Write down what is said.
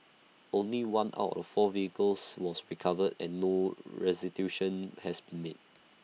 only one out of four vehicles was recovered and no restitution had been made